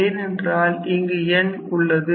ஏனென்றால் இங்கு n உள்ளது